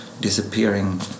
disappearing